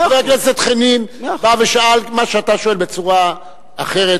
חבר הכנסת חנין בא ושאל מה שאתה שואל בצורה אחרת,